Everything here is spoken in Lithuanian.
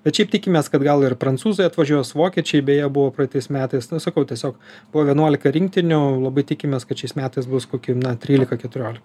bet šiaip tikimės kad gal ir prancūzai atvažiuos vokiečiai beje buvo praeitais metais sakau tiesiog po vienuolika rinktinių labai tikimės kad šiais metais bus kokių na trylika keturiolika